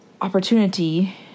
opportunity